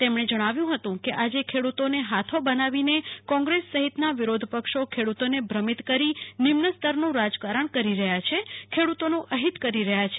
તેમણે જણાવ્યું હતું કે આજે ખેડૂતોને હાથો બનાવીને કોંગ્રેસ સહિતના વિરોધપક્ષો ખેડૂતોને ભ્રમિત કરી નિમ્નસ્તરનું રાજકરણ કરી રહ્યાં છે ખેડૂતોનું અહિત કરી રહ્યા છે